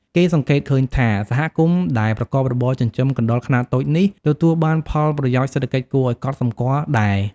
គេសង្កេតឃើញថា សហគមន៍ដែលប្រកបរបរចិញ្ចឹមកណ្តុរខ្នាតតូចនេះ ទទួលបានផលប្រយោជន៍សេដ្ឋកិច្ចគួរឱ្យកត់សម្គាល់ដែរ។